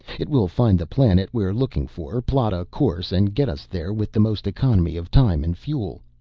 it will find the planet we're looking for, plot a course and get us there with the most economy of time and fuel.